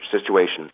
situation